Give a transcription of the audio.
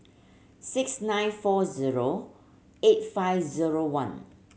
six nine four zero eight five zero one